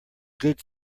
good